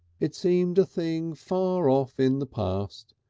it seemed a thing far off in the past,